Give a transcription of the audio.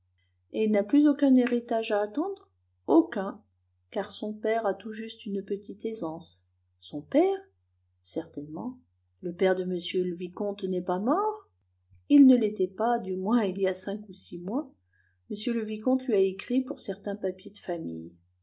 il n'a plus aucun héritage à attendre aucun car son père a tout juste une petite aisance son père certainement le père de m le vicomte n'est pas mort il ne l'était pas du moins il y a cinq ou six mois m le vicomte lui a écrit pour certains papiers de famille